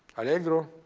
allegro,